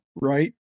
right